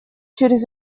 через